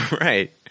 Right